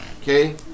Okay